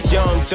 Young